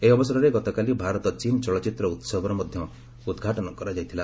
ଏହି ଅବସରରେ ଗତକାଲି ଭାରତ ଚୀନ୍ ଚଳଚ୍ଚିତ୍ ଉହବର ମଧ୍ୟ ଉଦ୍ଘାଟନ କରାଯାଇଥିଲା